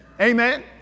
Amen